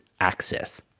access